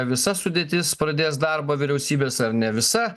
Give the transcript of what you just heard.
visa sudėtis pradės darbą vyriausybės ar ne visa